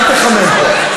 אל תחמם פה.